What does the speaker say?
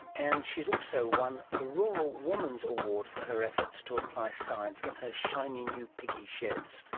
and she has also won a rural women's award for her efforts to apply science in her shiny new piggy sheds.